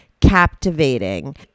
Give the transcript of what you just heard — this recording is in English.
captivating